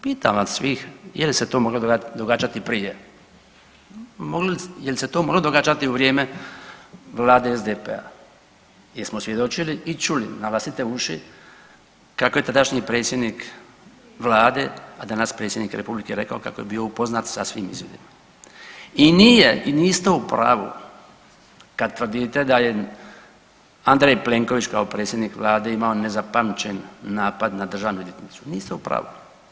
Pitam vas svih, je li se to moglo događati i prije, je li se to moglo događati u vrijeme vlade SDP-a jer smo svjedočili i čuli na vlastite uši kako je tadašnji predsjednik vlade, a danas predsjednik republike rekao kako je bio upoznat sa svim izvidima i nije i niste u pravu kad tvrdite da je Andrej Plenković kao predsjednik vlade imao nezapamćen napad na državnu odvjetnicu, niste u pravu.